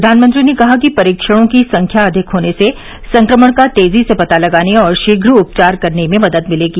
प्रधानमंत्री ने कहा कि परीक्षणों की संख्या अधिक होने से संक्रमण का तेजी से पता लगाने और शीघ्र उपचार करने में मदद मिलेगी